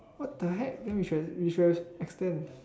what the heck then you should you should have extend